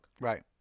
Right